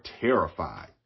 terrified